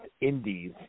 Indies